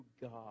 God